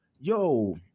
yo